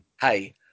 Hey